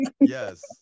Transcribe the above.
Yes